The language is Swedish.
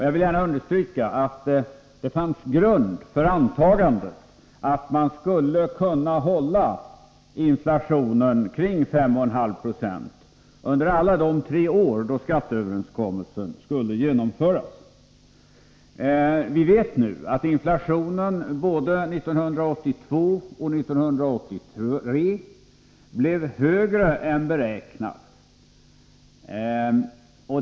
Jag vill gärna understryka att det fanns grund för antagandet att man skulle kunna hålla inflationen kring 5,5 96 under alla de tre år då skatteöverenskommelsen skulle genomföras. Vi vet nu att inflationen både 1982 och 1983 blev högre än beräknat.